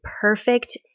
perfect